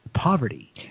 Poverty